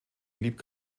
blieb